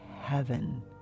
heaven